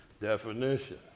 definition